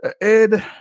Ed